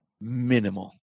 Minimal